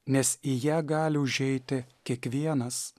nes į ją gali užeiti kiekvienas